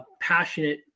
passionate